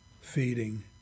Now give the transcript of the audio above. feeding